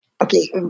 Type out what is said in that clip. Okay